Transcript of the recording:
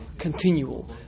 continual